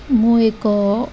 ମୁଁ ଏକ